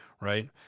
Right